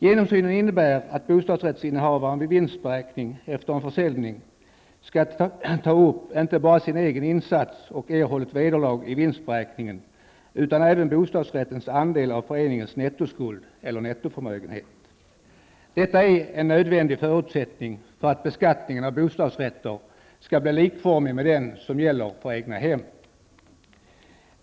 Genomsyn innebär att bostadsrättsinnehavaren vid vinstberäkningen efter en försäljning skall ta upp, inte bara sin egen insats och erhållet vederlag i vinstberäkningen utan även bostadsrättens andel av föreningens nettoskuld eller nettoförmögenhet. Detta är en nödvändig förutsättning för att beskattningen av bostadsrätter skall bli likformig med den som gäller för egnahem.